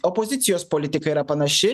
opozicijos politika yra panaši